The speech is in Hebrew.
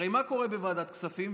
הרי מה קורה בוועדת הכספים?